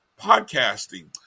podcasting